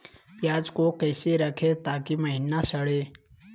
प्याज को कैसे रखे ताकि महिना सड़े?